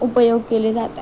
उपयोग केले जातात